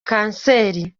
kanseri